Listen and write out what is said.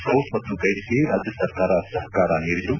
scouts ಮತ್ತು ಗೈಡ್ಸ್ಗೆ ರಾಜ್ಯ ಸರ್ಕಾರ ಸಹಕಾರ ನೀಡಿದ್ದು